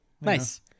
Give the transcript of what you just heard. Nice